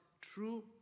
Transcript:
true